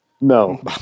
No